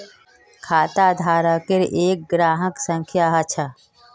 खाताधारकेर एक ग्राहक संख्या ह छ